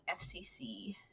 FCC